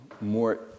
more